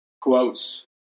quotes